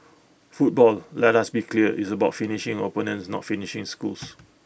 football let us be clear is about finishing opponents not finishing schools